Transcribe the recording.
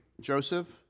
Joseph